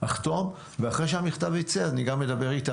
אחתום ואחרי שהמכתב יצא אני גם אדבר איתה